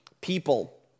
people